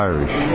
Irish